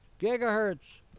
gigahertz